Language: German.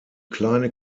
kleine